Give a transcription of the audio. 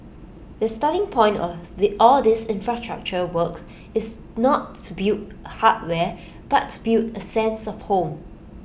the starting point of all these infrastructure work is not to build hardware but to build A sense of home